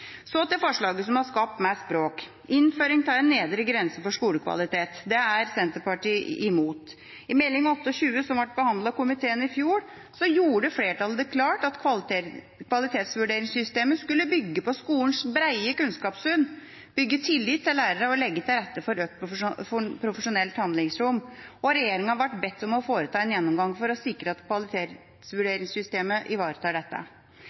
Så til forslaget som har skapt mest bråk: innføring av en nedre grense for skolekvalitet. Det er Senterpartiet imot. I Meld. St. 28 for 2015–2016, som ble behandlet av komiteen i fjor, gjorde flertallet det klart at kvalitetsvurderingssystemet skulle bygge på skolens brede kunnskapssyn, bygge tillit til lærerne og legge til rette for økt profesjonelt handlingsrom. Regjeringa ble bedt om å foreta en gjennomgang for å sikre at kvalitetsvurderingssystemet ivaretar dette.